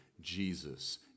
Jesus